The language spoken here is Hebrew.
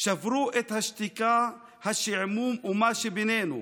שברו את השתיקה השעמום ומה שבינינו.